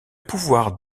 pouvoir